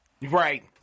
right